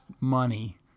money